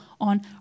on